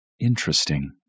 Interesting